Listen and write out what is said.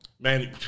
Manny